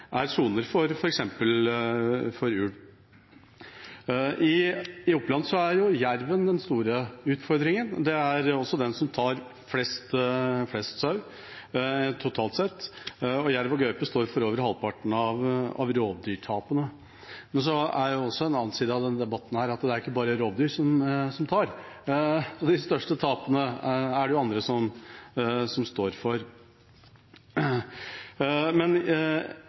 soner, f.eks. for ulv. I Oppland er jerven den store utfordringen. Det er også den som tar flest sau totalt sett. Jerv og gaupe står for over halvparten av rovdyrtapene. En annen side av denne debatten er jo at det ikke er bare rovdyr som tar. De største tapene er det andre som står for.